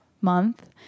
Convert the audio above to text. month